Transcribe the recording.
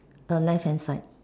left hand side